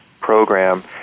program